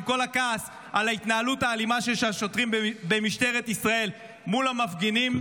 עם כל הכעס על ההתנהלות האלימה של השוטרים במשטרת ישראל מול המפגינים,